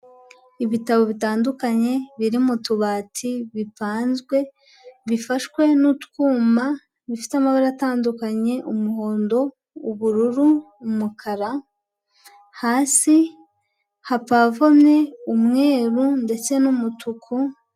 Ibitabo bitandukanye, biri mu tubati, bipanzwe, bifashwe n'utwuma, bifite amabara atandukanye: umuhondo, ubururu, umukara, hasi hapavomye umweru, ndetse n'umutuku.